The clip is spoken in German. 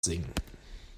singen